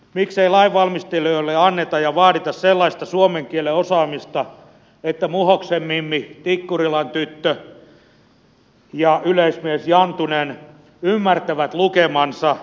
miksei lainvalmistelijoille anneta ja vaadita sellaista suomen kielen osaamista että muhoksen mimmi tikkurilan tyttö ja yleismies jantunen ymmärtävät lukemansa